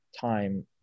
time